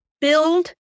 build